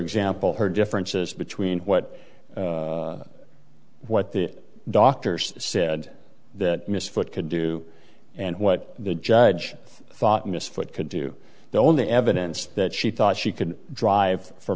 example her differences between what what the doctors said that miss foot could do and what the judge thought miss foot could do the only evidence that she thought she could drive for